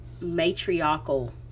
matriarchal